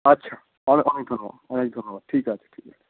আচ্ছা অনেক অনেক ধন্যবাদ অনেক ধন্যবাদ ঠিক আছে ঠিক আছে